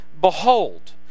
behold